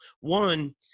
One